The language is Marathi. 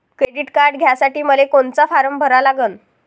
क्रेडिट कार्ड घ्यासाठी मले कोनचा फारम भरा लागन?